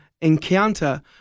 encounter